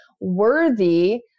worthy